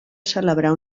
celebrar